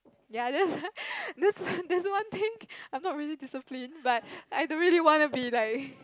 ya that's that's that's one thing I'm not really disciplined but I don't really wanna be like